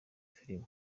filimi